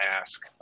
ask